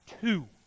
two